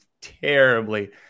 terribly